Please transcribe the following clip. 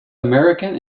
american